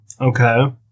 Okay